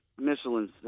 Michelin's